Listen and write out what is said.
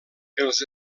els